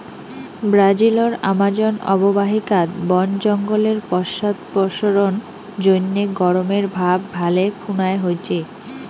ব্রাজিলর আমাজন অববাহিকাত বন জঙ্গলের পশ্চাদপসরণ জইন্যে গরমের ভাব ভালে খুনায় হইচে